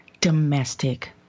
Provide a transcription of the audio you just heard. domestic